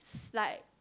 it's like